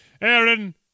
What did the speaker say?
Aaron